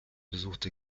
besuchte